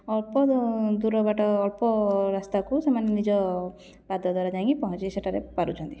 ଅଳ୍ପ ଦୂରବାଟ ଅଳ୍ପ ରାସ୍ତାକୁ ସେମାନେ ନିଜ ପାଦଦ୍ୱାରା ଯାଇଁକି ପହଞ୍ଚି ସେଇଟାରେ ପାରୁଛନ୍ତି